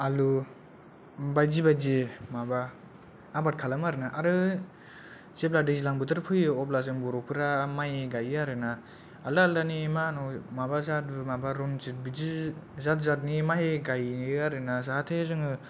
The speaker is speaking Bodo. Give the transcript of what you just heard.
आलु बायदि बायदि माबा आबाद खालामो आरोनो आरो जेब्ला दैज्लां बोथोर फैयो अब्ला जों बर'फोरा माइ गायो आरोना आलदा आलदानि मा न' माबा जादु माबा रनजिट बिदि जाद जादनि माइ गायो आरोना जाहाथे जोङो